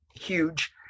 huge